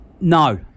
No